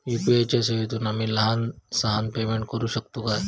UPI च्या सेवेतून आम्ही लहान सहान पेमेंट करू शकतू काय?